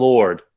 Lord